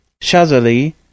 Shazali